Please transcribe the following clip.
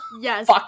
Yes